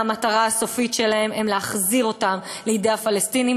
והמטרה הסופית שלהם היא להחזיר אותם לידי הפלסטינים,